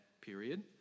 period